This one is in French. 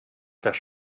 faire